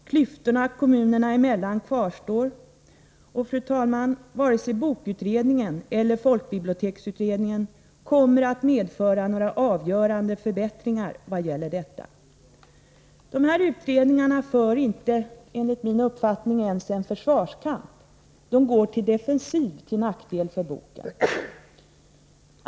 Klyftorna kommunerna emellan kvarstår. Och, fru talman, varken bokutredningen eller folkbiblioteksutredningen kommer att medföra några avgörande förbättringar i vad gäller detta. Dessa utredningar för enligt min uppfattning inte ens en försvarskamp — de tar till defensiven till nackdel för boken.